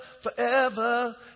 forever